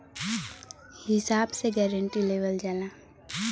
हिसाब से गारंटी देवल जाला